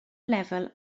lefel